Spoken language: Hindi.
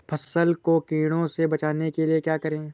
फसल को कीड़ों से बचाने के लिए क्या करें?